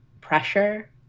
pressure